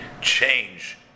change